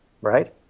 right